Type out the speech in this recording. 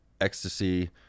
ecstasy